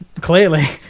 clearly